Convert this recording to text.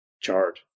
chard